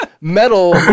metal